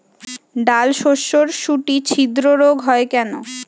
ডালশস্যর শুটি ছিদ্র রোগ হয় কেন?